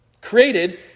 Created